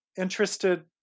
interested